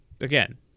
again